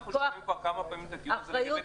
כי אנחנו שומעים כבר כמה פעמים את הדיון הזה --- האחריות